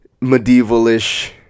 medieval-ish